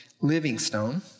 Livingstone